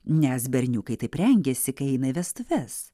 nes berniukai taip rengiasi kai eina į vestuves